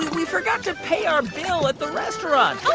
we forgot to pay our bill at the restaurant